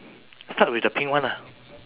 start with the pink one ah